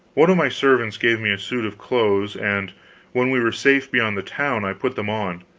one of my servants gave me a suit of clothes, and when we were safe beyond the town i put them on,